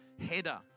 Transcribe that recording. header